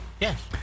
Yes